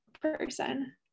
person